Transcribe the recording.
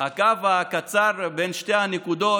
הוועדה מר גינזבורג ואמרו